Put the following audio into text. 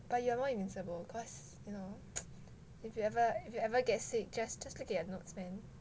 but you are more invincible cause you know if you ever if you ever get sick just just look at your notes man